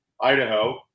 Idaho